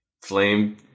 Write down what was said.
flame